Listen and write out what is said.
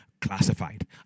classified